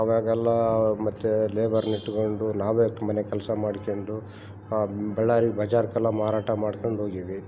ಅವಾಗೆಲ್ಲ ಮತ್ತು ಲೇಬರ್ಲ್ನ ಇಟ್ಕೊಂಡು ನಾವೇ ಮನೆ ಕೆಲಸ ಮಾಡ್ಕೆಂಡು ಬಳ್ಳಾರಿ ಬಜಾರ್ ಗಲ ಮಾರಾಟ ಮಾಡ್ಕೊಂಡು ಹೋಗೀವಿ